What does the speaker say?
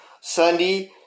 sunday